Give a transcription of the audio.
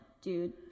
dude